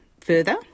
further